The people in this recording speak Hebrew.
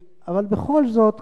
אבל בכל זאת,